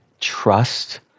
trust